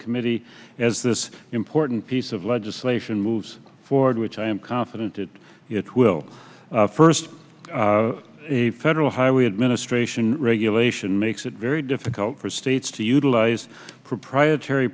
committee as this important piece of legislation moves forward which i am confident that it will first federal highway administration regulation makes it very difficult for states to utilize proprietary